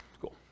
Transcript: cool